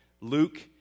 Luke